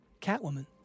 Catwoman